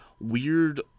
weird